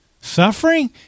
suffering